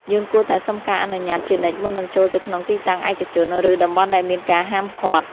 យើងគួរតែសុំការអនុញ្ញាតជានិច្ចមុននឹងចូលទៅក្នុងទីតាំងឯកជន ឬតំបន់ដែលមានការហាមឃាត់។